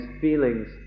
feelings